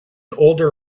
older